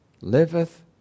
liveth